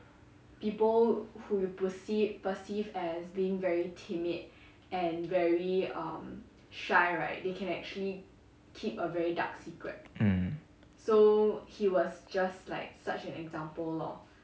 mm